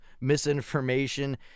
misinformation